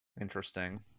Interesting